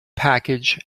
package